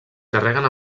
carreguen